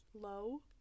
low